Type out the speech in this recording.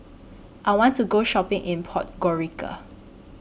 I want to Go Shopping in Podgorica